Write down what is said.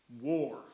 war